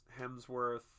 hemsworth